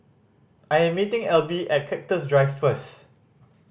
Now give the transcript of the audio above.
I am meeting Elby at Cactus Drive first